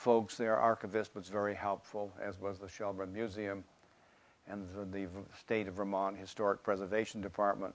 folks there are convinced it's very helpful as well as the shelbourne museum and the state of vermont historic preservation department